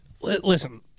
listen